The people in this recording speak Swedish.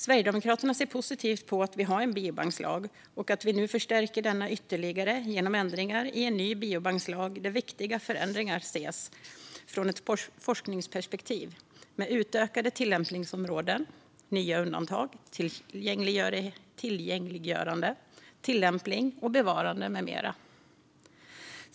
Sverigedemokraterna ser positivt på att vi har en biobankslag och att vi nu förstärker den ytterligare genom ändringar i en ny biobankslag, där viktiga förändringar ses från ett forskningsperspektiv, med utökade tillämpningsområden, nya undantag, tillgängliggörande, tillämpning, bevarande med mera.